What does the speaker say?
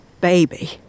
baby